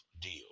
deal